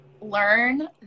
learn